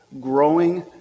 Growing